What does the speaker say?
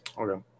Okay